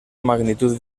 magnitud